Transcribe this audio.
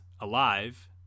alive